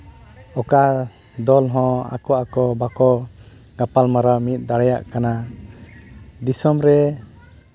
ᱚᱠᱟ ᱫᱚᱞ ᱦᱚᱸ ᱟᱠᱚ ᱟᱠᱚ ᱵᱟᱠᱚ ᱜᱟᱯᱟᱞᱢᱟᱨᱟᱣ ᱢᱤᱫ ᱫᱟᱲᱮᱭᱟᱜ ᱠᱟᱱᱟ ᱫᱤᱥᱚᱢ ᱨᱮ